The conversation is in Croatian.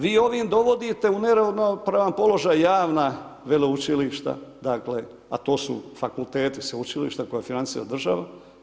Vi ovdje dovodite u neravnopravan položaj javna veleučilišta, dakle, a to su fakulteti sveučilišta koje financira država.